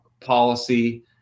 policy